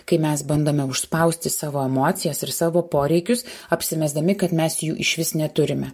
kai mes bandome užspausti savo emocijas ir savo poreikius apsimesdami kad mes jų išvis neturime